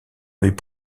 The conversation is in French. avait